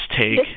take